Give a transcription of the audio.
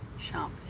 shop